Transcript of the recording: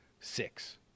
six